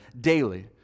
daily